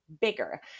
bigger